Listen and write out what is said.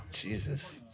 Jesus